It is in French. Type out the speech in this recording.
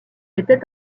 était